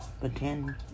Pretend